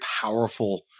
powerful